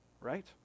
Right